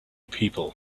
people